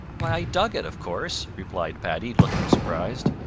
why, i dug it, of course, replied paddy looking surprised.